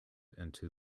into